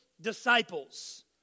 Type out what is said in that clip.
disciples